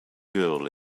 girl